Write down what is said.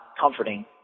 comforting